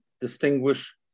distinguish